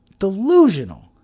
Delusional